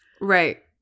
Right